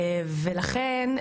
לכן,